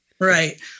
Right